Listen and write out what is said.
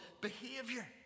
behavior